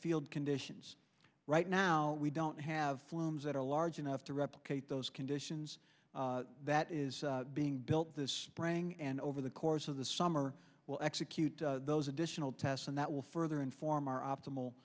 field conditions right now we don't have films that are large enough to replicate those conditions that is being built this spring and over the course of the summer will execute those additional tests and that will further inform our optimal